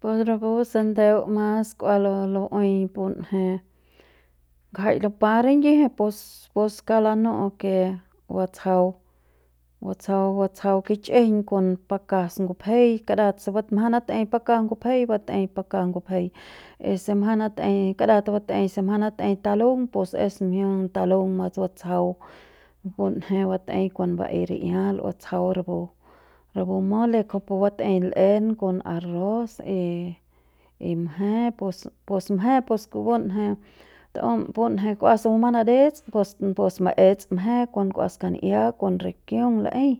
Pus rapu se ndeu mas k'ua lu lu'uei punje ngjai lupa ringiji pus pus kauk lanu'u ke batsjau batsjau batsjau kich'ijiñ kon pakas ngupjei y kara se mjang natei pakas nupjei bat'ei pakas ngupjei y se mjang natei kara bat'ei se mjang nat'ei talung pus es mjiung talung mat batsjau punje bat'ei kon baei ri'ial batsjau rapu rapu mole kuju pu batei l'en kon arroz y y mje pus pus mje pus punje tuaum punje kua se bumang nadets pus pus maets mje kon kua skan'ia kon rikiung lei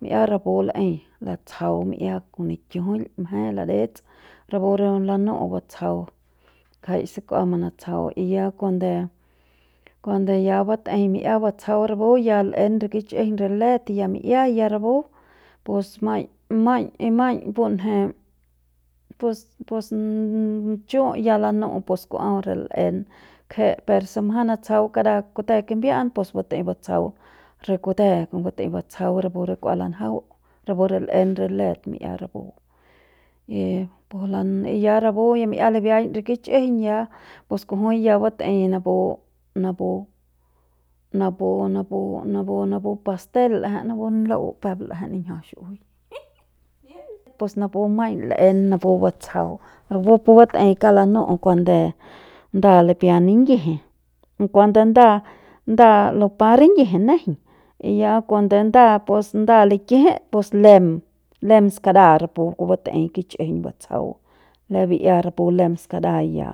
mi'ia rapu laei latsjau mmi'ia kon nikiujuil mje ladets rapu re lanu'u batsjau ngjai se kua manatsjau y ya kuande kuande ya batjeiñ mi'ia batsjau rapu ya l'en re kich'ijiñ re let ya mi'iat ya rapu pus maiñ y maiñ punje pus pus chu ya lanu'u pus ku'uaus re l'en kje per se mjang natsjau karat kute kimbia'an pus bat'ei batsjau re kute bat'ei batsjau rapu re kua lanjau rapu re l'en re let mi'ia rapu ya pu ya mi'ia rapu mi'ia libiaiñ re kich'ijiñ ya pus kujui ya batei napu napu napu napu napu napu pastel l'eje napu ni la'u peuk l'ejei niñja xi'iui pus napu maiñ l'en napu batsjau rapu re batei kauk lanu'u kuande nda lipia ningiji kuande nda nda lupa ringiji nejeiñ y ya cuando nda pus nda likijit pus lem lem skara rapu kupu bat'ei kich'ijiñ batsjau lem bi'ia rapu lem skara mi'ia.